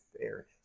fairness